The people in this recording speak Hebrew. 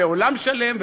זה עולם שלם,